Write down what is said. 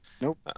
Nope